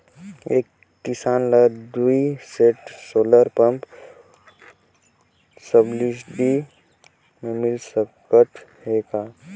एक किसान ल दुई सेट सोलर पम्प सब्सिडी मे मिल सकत हे का?